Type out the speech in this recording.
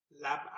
lab